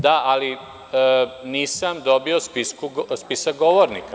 Da, ali nisam dobio spisak govornika.